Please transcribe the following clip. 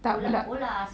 tak tak